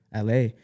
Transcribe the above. la